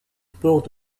sports